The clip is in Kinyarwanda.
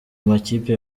makipe